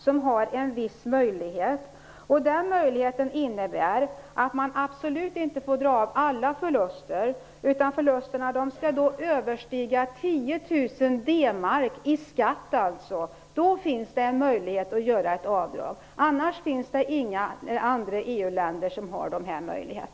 Där har man en viss möjlighet som innebär att man absolut inte får göra avdrag för alla förluster, utan förlusterna måste överstiga 10 000 D-mark i skatt för att det skall vara möjligt att göra avdrag. I övrigt finns det inga EU-länder som har denna möjlighet.